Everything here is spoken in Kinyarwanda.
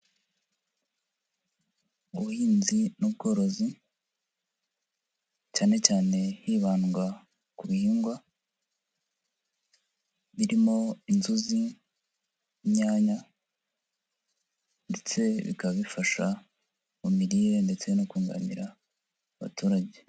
Ubuhinzi n'ubworozi, cyane cyane hibandwa ku bihingwa, birimo inzuzi, inyanya ndetse bikaba bifasha mu mirire ndetse no kunganira abaturage.